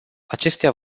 acestea